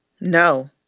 No